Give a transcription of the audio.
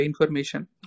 information